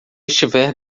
estiver